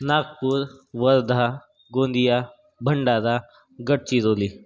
Nagpur Wardha Gondia Bhandara Gadchiroli